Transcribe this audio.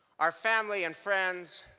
our family and friends,